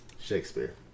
Shakespeare